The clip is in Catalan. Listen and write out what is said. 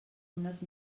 unes